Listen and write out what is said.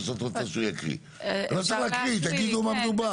לא צריך להקריא, תגידו במה מדובר.